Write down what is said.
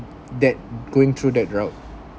that going through that route